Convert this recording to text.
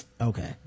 Okay